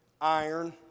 iron